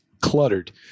cluttered